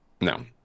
No